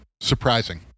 Surprising